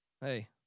Hey